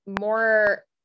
more